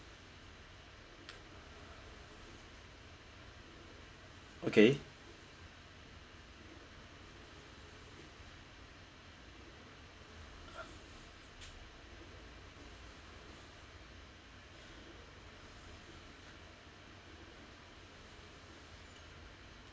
okay